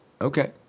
Okay